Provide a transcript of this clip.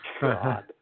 God